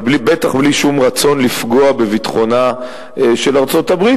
לפגוע בביטחונה של ארצות-הברית,